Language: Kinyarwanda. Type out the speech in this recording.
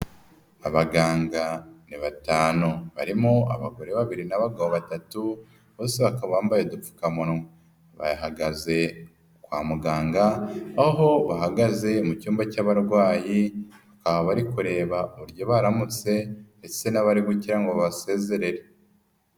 Abaganga ni batanu harimo abagore babiri n'abagabo batatu, bose bakaba bambaye udupfukamunwa bahagaze kwa muganga aho bahagaze mu cyumba cy'abarwayi, bari kureba uburyo baramutse ndetse n'abari gukira ngo babasezerere.